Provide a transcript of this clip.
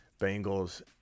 Bengals